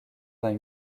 vingt